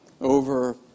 over